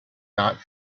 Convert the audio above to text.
not